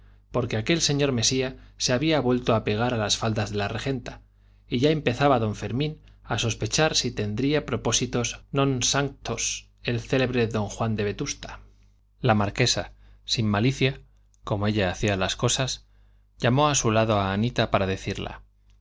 porque aquel señor mesía se había vuelto a pegar a las faldas de la regenta y ya empezaba don fermín a sospechar si tendría propósitos non sanctos el célebre don juan de vetusta la marquesa sin malicia como ella hacía las cosas llamó a su lado a anita para decirla